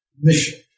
mission